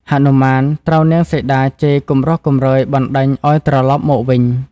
ហនុមានត្រូវនាងសីតាជេរគំរោះគំរើយបណ្តេញឱ្យត្រឡប់មកវិញ។